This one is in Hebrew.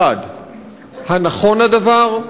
1. הנכון הדבר?